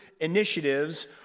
initiatives